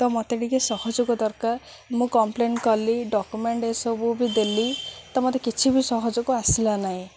ତ ମୋତେ ଟିକେ ସହଯୋଗ ଦରକାର ମୁଁ କମ୍ପ୍ଲେନ୍ କଲି ଡ଼କ୍ୟୁମେଣ୍ଟ ଏସବୁ ବି ଦେଲି ତ ମୋତେ କିଛି ବି ସହଯୋଗ ଆସିଲା ନାହିଁ